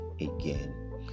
again